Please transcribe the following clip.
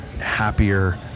happier